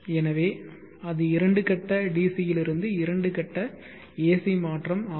எனவே அது இரண்டு கட்ட DC இலிருந்து இரண்டு கட்ட AC மாற்றம் ஆகும்